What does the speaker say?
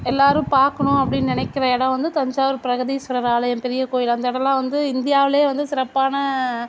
எல்லாரும் பார்க்கணும் அப்படின்னு நினைக்கிற இடம் வந்து தஞ்சாவூர் பிரகதீஸ்வரர் ஆலயம் பெரிய கோயில் அந்த இடம்லாம் வந்து இந்தியாவிலே வந்து சிறப்பான